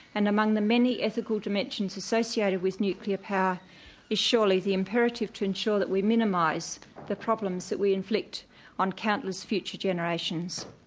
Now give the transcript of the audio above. and among the many ethical dimensions associated with nuclear power is surely the imperative to ensure that we minimise the problems that we inflict on countless future generations.